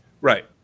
right